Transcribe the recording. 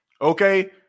Okay